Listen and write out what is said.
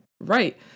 Right